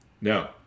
No